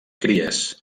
cries